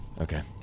Okay